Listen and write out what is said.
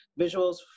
visuals